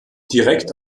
direkt